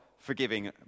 forgiving